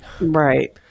Right